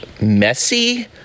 messy